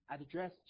address